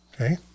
Okay